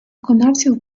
виконавців